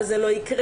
זה לא יקרה,